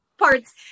parts